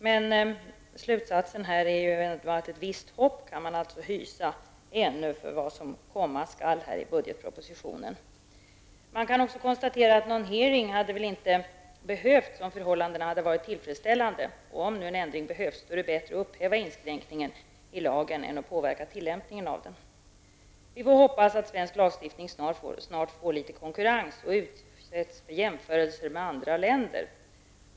Men slutsatsen är att man ändå kan hysa ett visst hopp för vad som komma skall i budgetpropositionen. Någon hearing hade väl inte behövts om förhållandena hade varit tillfredsställande. Om en ändring behövs är det bättre att upphäva en inskränkning i lagen än att påverka tillämpningen av den. Vi får hoppas att svensk lagstiftning snart får litet konkurrens och utsätts för jämförelser med andra länder.